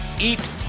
eat